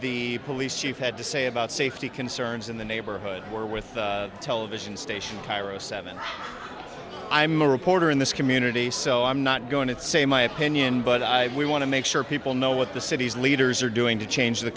the police chief had to say about safety concerns in the neighborhood or with a television station kyra seven i'm a reporter in this community so i'm not going to say my opinion but i we want to make sure people know what the city's leaders are doing to change the